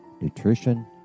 nutrition